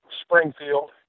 Springfield